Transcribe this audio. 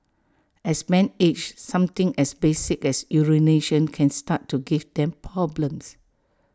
as men age something as basic as urination can start to give them problems